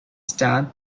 stand